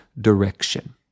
direction